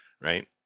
right